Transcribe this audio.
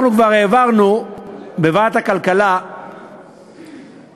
כבר העברנו בוועדת הכלכלה הצעה